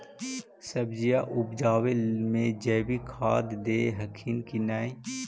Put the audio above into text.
सब्जिया उपजाबे मे जैवीक खाद दे हखिन की नैय?